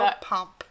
pump